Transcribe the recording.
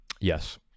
Yes